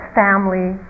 family